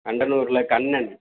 கண்டனூரில் Kannan